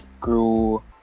grew